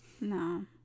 No